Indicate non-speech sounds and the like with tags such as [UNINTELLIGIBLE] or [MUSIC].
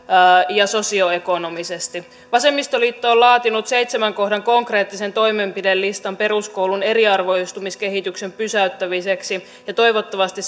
ja sosioekonomisesti vasemmistoliitto on laatinut seitsemän kohdan konkreettisen toimenpidelistan peruskoulun eriarvoistumiskehityksen pysäyttämiseksi ja toivottavasti [UNINTELLIGIBLE]